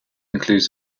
includes